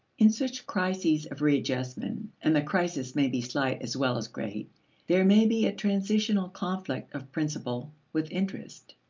in such crises of readjustment and the crisis may be slight as well as great there may be a transitional conflict of principle with interest.